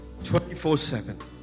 24-7